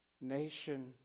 nation